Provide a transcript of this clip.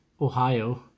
ohio